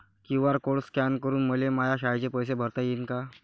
QR code scan करून मले माया शाळेचे पैसे भरता येईन का?